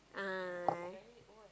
(uh huh)